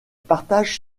partage